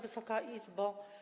Wysoka Izbo!